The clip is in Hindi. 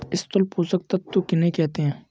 स्थूल पोषक तत्व किन्हें कहते हैं?